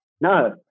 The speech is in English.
no